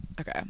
okay